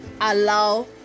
allow